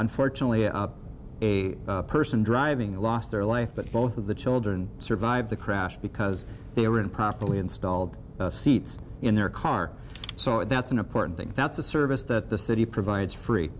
nfortunately a person driving lost their life but both of the children survived the crash because they were improperly installed seats in their car so that's an important thing that's a service that the city provides